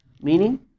Meaning